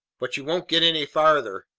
but you won't get any farther,